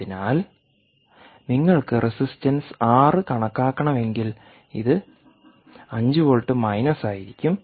അതിനാൽ നിങ്ങൾക്ക് resistance R കണക്കാക്കണമെങ്കിൽ ഇത് 5 വോൾട്ട് മൈനസ് ആയിരിക്കും